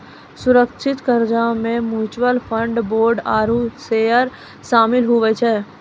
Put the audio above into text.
सुरक्षित कर्जा मे म्यूच्यूअल फंड, बोंड आरू सेयर सामिल हुवै छै